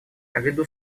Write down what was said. ввиду